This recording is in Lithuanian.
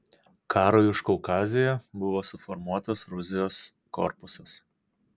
karui užkaukazėje buvo suformuotas rusijos korpusas